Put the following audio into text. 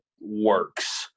works